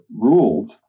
ruled